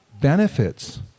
benefits